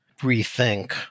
rethink